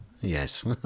Yes